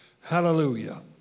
Hallelujah